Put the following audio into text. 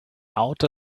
out